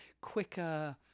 quicker